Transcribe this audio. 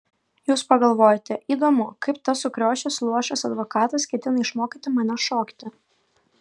jūs pagalvojote įdomu kaip tas sukriošęs luošas advokatas ketina išmokyti mane šokti